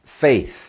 faith